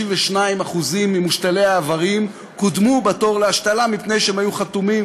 32% ממושתלי האיברים קודמו בתור להשתלה מפני שהם היו חתומים